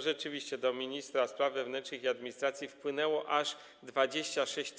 Rzeczywiście do ministra spraw wewnętrznych i administracji wpłynęło aż 26